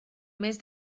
mes